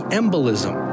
embolism